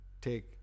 take